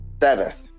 Seventh